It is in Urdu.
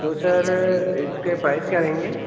تو سر اِس کے پرائز کیا رہیں گے